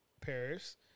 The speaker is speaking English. Paris